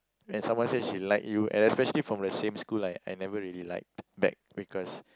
when someone said she like you and especially from the same school I never really liked back because